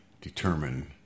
determine